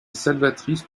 salvatrice